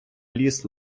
ліс